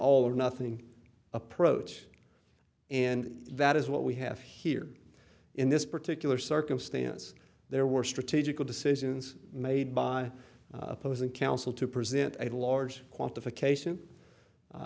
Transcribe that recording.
all or nothing approach and that is what we have here in this particular circumstance there were strategical decisions made by opposing counsel to present a large quantification